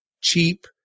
cheap